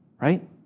right